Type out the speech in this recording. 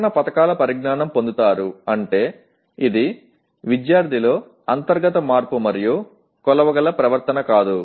రక్షణ పథకాల పరిజ్ఞానం పొందుతారు అంటే అది విద్యార్థిలో అంతర్గత మార్పు మరియు కొలవగల ప్రవర్తన కాదు